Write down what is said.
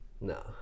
no